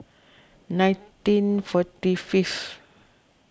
nineteen forty fifth